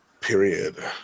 period